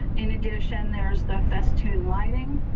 in addition, there's the best tune lighting,